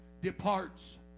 departs